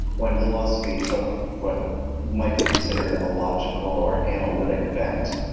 when philosophy took what might be considered a logical or analytic bent.